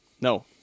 No